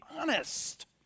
honest